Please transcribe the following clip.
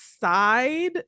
side